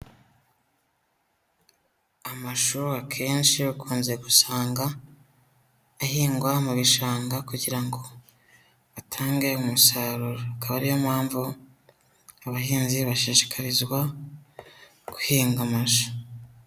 Amashu akenshi ukunze gusanga ahingwa mu bishanga kugira ngo atange umusaruro, akaba ari yo mpamvu abahinzi bashishikarizwa guhinga amashu.